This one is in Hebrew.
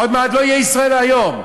עוד מעט לא יהיה "ישראל היום",